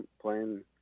playing